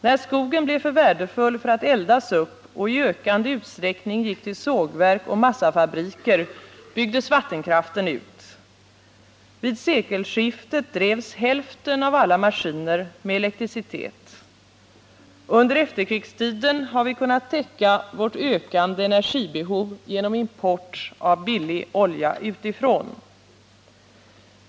När skogen blev för värdefull för att eldas upp och i ökande utsträckning gick till sågverk och massafabriker, byggdes vattenkraften ut. Vid sekelskiftet drevs hälften av alla maskiner med elektricitet. Under efterkrigstiden har vi kunnat täcka vårt ökande energibehov genom import av billig olja utifrån.